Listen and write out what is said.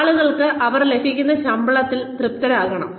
ആളുകൾ അവർക്ക് ലഭിക്കുന്ന ശമ്പളത്തിൽ സംതൃപ്തരാകണം